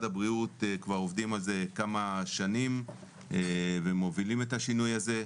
הבריאות כבר עובדים על זה כמה שנים ומובילים את השינוי הזה.